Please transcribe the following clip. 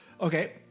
Okay